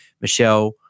Michelle